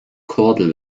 kordel